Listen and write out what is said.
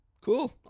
cool